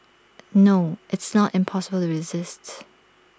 no it's non impossible to resists